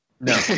No